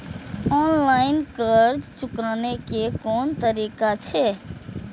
Online कर्ज चुकाने के कोन तरीका छै?